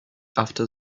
after